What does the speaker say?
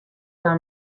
for